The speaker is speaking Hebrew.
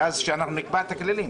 ואז שאנחנו נקבע את הכללים,